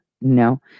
no